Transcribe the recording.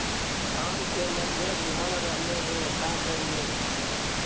आम के मंजर झड़ रहले हे का करियै?